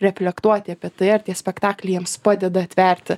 reflektuoti apie tai ar tie spektakliai jiems padeda atverti